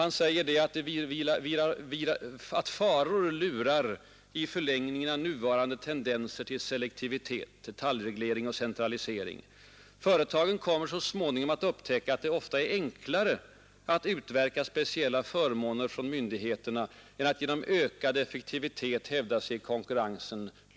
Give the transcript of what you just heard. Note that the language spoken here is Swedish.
——— Andra faror lurar också i förlängningen av nuvarande tendenser till selektivitet, detaljreglering och centralisering. Företagen kommer så småningom att upptäcka att det ofta är enklare att utverka speciella ”förmåner” från myndigheterna än att genom ökad effektivitet hävda sig i konkurrensen.